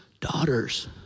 daughters